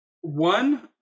One